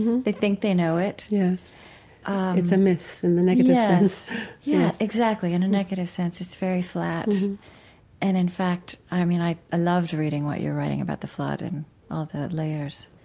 they think they know it it's a myth in the negative sense yeah, exactly, in a negative sense, it's very flat and in fact, i mean, i loved reading what you're writing about the flood and all the layers.